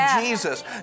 Jesus